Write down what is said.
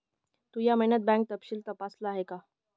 तू या महिन्याचं बँक तपशील तपासल आहे का?